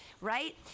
right